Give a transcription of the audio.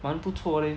蛮不错 leh